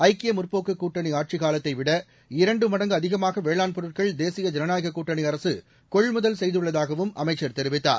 ஐக்கிய முற்போக்கு கூட்டணி ஆட்சி காலத்தைவிட இரண்டு மடங்கு அதிகமாக வேளாண் பொருட்கள் தேசிய ஜனநாயக கூட்டணி அரசு கொள்முதல் செய்துள்ளதாகவும் அமைச்சர் தெரிவித்தார்